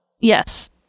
yes